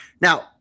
now